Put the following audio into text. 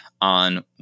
on